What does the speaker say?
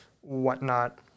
whatnot